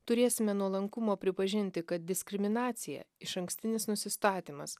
turėsime nuolankumo pripažinti kad diskriminacija išankstinis nusistatymas